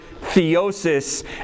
theosis